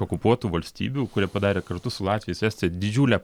okupuotų valstybių kurie padarė kartu su latviais estais didžiulę